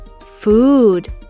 food